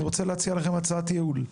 אני רוצה להציע לכם הצעת ייעול.